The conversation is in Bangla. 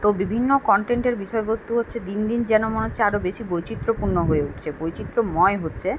তো বিভিন্ন কনটেন্টের বিষয়বস্তু হচ্ছে দিন দিন যেন মনে হচ্ছে আরও বেশি বৈচিত্র্যপূণ্য হয়ে উঠছে বৈচিত্রময় হচ্ছে